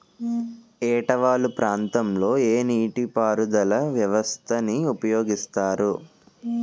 ఏట వాలు ప్రాంతం లొ ఏ నీటిపారుదల వ్యవస్థ ని ఉపయోగిస్తారు?